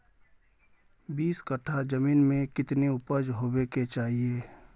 बीस कट्ठा जमीन में कितने उपज होबे के चाहिए?